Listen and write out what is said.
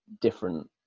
different